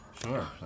Sure